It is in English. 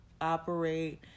operate